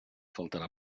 faltarà